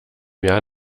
mehr